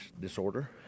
disorder